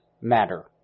matter